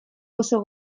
oso